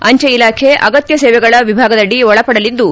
ಅಂಚೆ ಇಲಾಖೆ ಅಗತ್ಯ ಸೇವೆಗಳ ವಿಭಾಗದಡಿ ಒಳಪಡಲಿದ್ದು